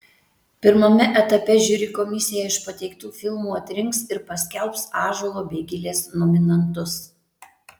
pirmame etape žiuri komisija iš pateiktų filmų atrinks ir paskelbs ąžuolo bei gilės nominantus